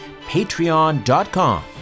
patreon.com